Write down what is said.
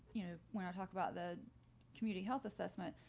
you know, when i talk about the community health assessment,